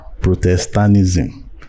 Protestantism